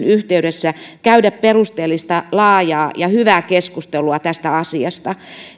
yhteydessä käydä perusteellista laajaa ja hyvää keskustelua tästä asiasta